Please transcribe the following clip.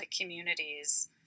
communities